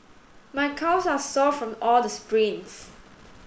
my calves are sore from all the sprints